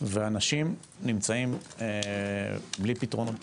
ואנשים נמצאים בלי פתרונות בסיסיים.